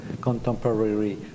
contemporary